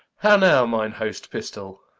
how now mine hoaste pistoll?